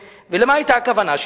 כשאני נבחרתי לכנסת,